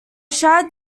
shad